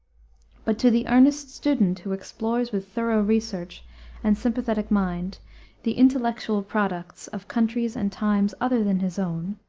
but to the earnest student who explores with thorough research and sympathetic mind the intellectual products of countries and times other than his own,